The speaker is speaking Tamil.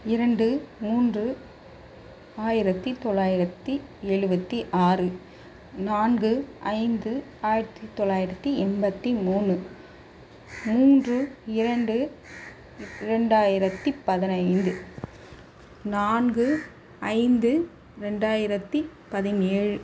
இரண்டு மூன்று ஆயிரத்து தொள்ளாயிரத்து எழுவத்தி ஆறு நான்கு ஐந்து ஆயிரத்து தொள்ளாயிரத்து எண்பத்து மூணு மூன்று இரண்டு ரெண்டாயிரத்து பதினைந்து நான்கு ஐந்து ரெண்டாயிரத்து பதினேழு